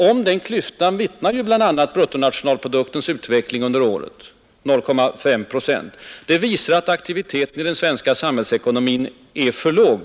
Om den klyftan vittnar bl, a. bruttonationalproduktens ökning under året, 0,5 procent. Den visar att aktiviteten i den svenska samhällsekonomin är för låg.